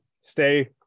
stay